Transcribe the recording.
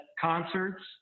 concerts